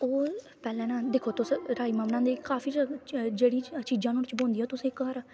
ओह् पैह्लें ना दिक्खो तुस मठाइयां बनांदे काफी जेह्ड़ियां चीजां होंदियां पैह्लें तुस घार